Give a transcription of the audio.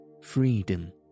freedom